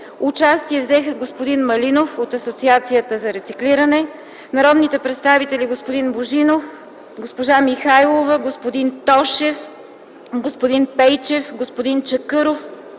участие взеха господин Малинов – от Асоциацията за рециклиране, народните представители господин Божинов, госпожа Михайлова, господин Тошев, господин Пейчев, господин Чакъров,